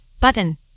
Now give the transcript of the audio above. button